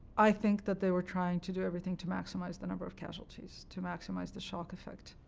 i think that they were trying to do everything to maximize the number of casualties, to maximize the shock effect.